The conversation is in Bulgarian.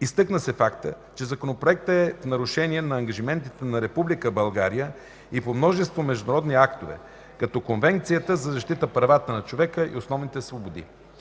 Изтъкна се фактът, че Законопроектът е в нарушение на ангажиментите на Република България и по множество международни актове, като Конвенцията за защита правата на човека и основните свободи,